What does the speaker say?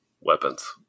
weapons